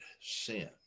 sin